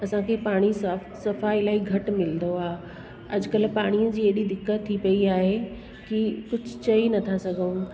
असांखे पाणी साफ़ सफ़ा इलाही घटि मिलंदो आहे अॼुकल्ह पाणीअ जी एॾी दिक़त थी पई आहे कि कुझु चई नथा सघूं